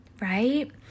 right